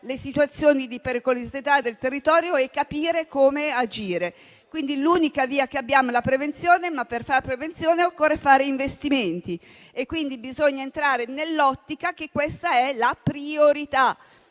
le situazioni di pericolosità del territorio e capire come agire. L'unica via che abbiamo è la prevenzione, ma per farla occorre fare investimenti ed entrare nell'ottica che questa è la priorità.